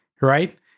Right